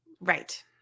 right